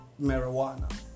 marijuana